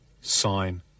Sign